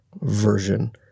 Version